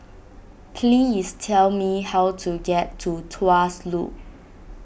please tell me how to get to Tuas Loop